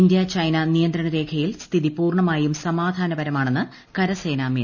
India China നിയന്ത്രണരേഖയിൽ സ്ഥിതി പൂർണ്ണമായും സമാധാനപരമാണെന്ന് കരസേനാ മേധാവി